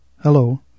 Hello